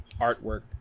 artwork